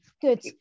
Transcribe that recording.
Good